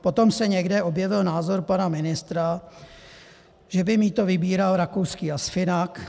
Potom se někde objevil názor pana ministra, že by mýto vybíral rakouský ASFINAG.